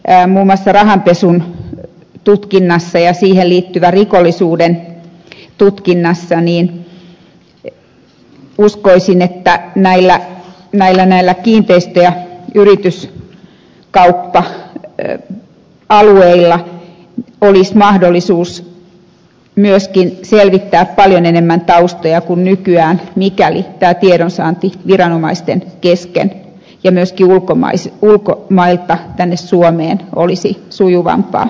muun muassa rahanpesun tutkinnassa ja siihen liittyvän rikollisuuden tutkinnassa uskoisin että näillä kiinteistö ja yrityskauppa alueilla olisi mahdollisuus myöskin selvittää paljon enemmän taustoja kuin nykyään mikäli tiedonsaanti viranomaisten kesken ja myöskin ulkomailta tänne suomeen olisi sujuvampaa